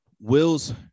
Will's